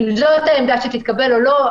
האם זאת העמדה שתתקבל או לא?